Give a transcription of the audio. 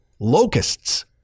locusts